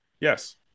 Yes